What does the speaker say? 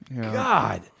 god